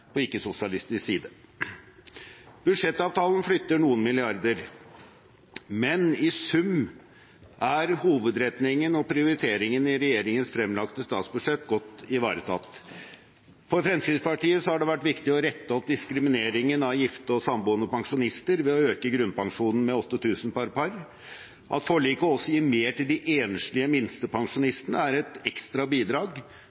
på ikke-sosialistisk side. Budsjettavtalen flytter noen milliarder, men i sum er hovedretningen og prioriteringene i regjeringens fremlagte statsbudsjett godt ivaretatt. For Fremskrittspartiet har det vært viktig å rette opp diskrimineringen av gifte og samboende pensjonister ved å øke grunnpensjonen med 8 000 kr per par. At forliket også gir mer til enslige minstepensjonister, er et ekstra bidrag